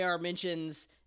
mentions